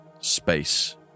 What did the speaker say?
space